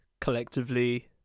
collectively